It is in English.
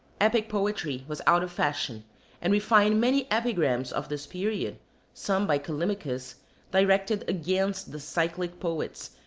epic poetry was out of fashion and we find many epigrams of this period some by callimachus directed against the cyclic poets,